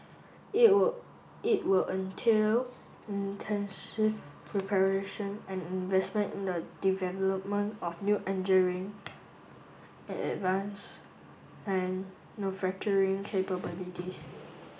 it would it will entail intensive preparation and investment in the development of new and advance and capabilities